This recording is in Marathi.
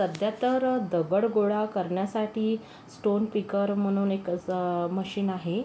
सध्या तर दगड गोळा करण्यासाठी स्टोन पिकर म्हणून एक असं मशीन आहे